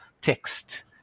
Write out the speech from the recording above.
text